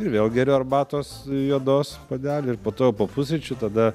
ir vėl geriu arbatos juodos puodelį ir po to jau po pusryčių tada